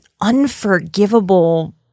unforgivable